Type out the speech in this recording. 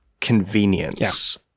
convenience